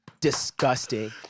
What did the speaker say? Disgusting